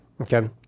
Okay